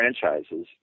franchises